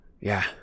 Yeah